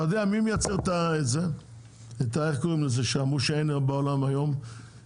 אתה יודע מי מייצר את המוצר שאמרו שבעולם אין כבר את אותו מוצר ?